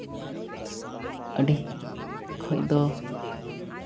ᱟᱹᱰᱤ ᱠᱷᱚᱱ ᱫᱚ